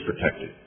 protected